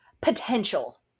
potential